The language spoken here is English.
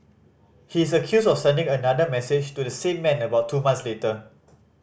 he is accused of sending another message to the same man about two month later